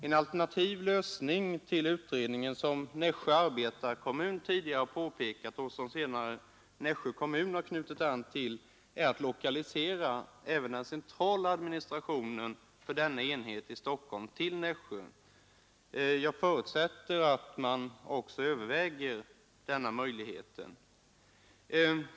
Ett alternativ till den av utredningen föreslagna lösningen, vilket Nässjö arbetarekommun tidigare pekat på och Nässjö kommun anknutit till, är att lokalisera även den centrala administrationen för denna enhet från Stockholm till Nässjö. Jag förutsätter att man överväger också denna möjlighet.